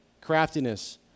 craftiness